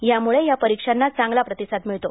त्यामुळे या परीक्षांना खूप चांगला प्रतिसाद मिळतो